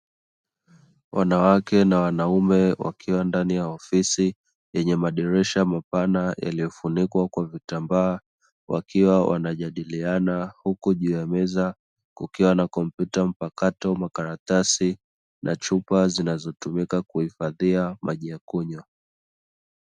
Wanawake na wanaume wakiwa ndani ya ofisi yenye madirisha mapana yaliyofunikwa kwa vitambaa, wakiwa wanajadiliana huku juu ya meza kukiwa na compyuta mpakato, makaratasi na chupa zinazotumika kuhifadhia maji ya kunywa.